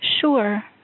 Sure